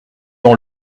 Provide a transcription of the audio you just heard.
dans